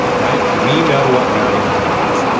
right. we know what marianne needs.